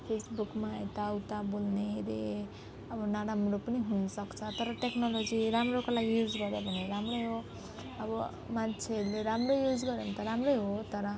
फेसबुकमा यताउता बोल्ने अरे अब नराम्रो पनि हुन सक्छ तर टेक्नोलोजी राम्रोको लागि युज गर्यो भने राम्रै हो अब मान्छेहरूले राम्रै युज गर्यो भने त राम्रै हो तर